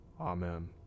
Amen